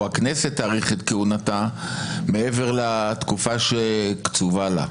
הכנסת תאריך את כהונתה מעבר לתקופה שקצובה לה.